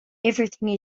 everything